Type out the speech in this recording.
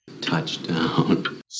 Touchdown